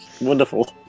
Wonderful